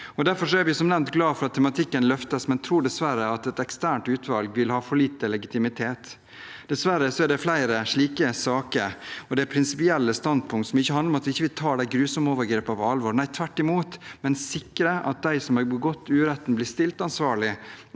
Derfor er vi som nevnt glad for at tematikken løftes, men jeg tror dessverre at et eksternt utvalg vil ha for lite legitimitet. Dessverre er det flere slike saker, og det er prinsipielle standpunkt som ikke handler om at vi ikke tar de grusomme overgrepene på alvor, men tvert imot sikrer at de som har begått uretten, blir stilt ansvarlig,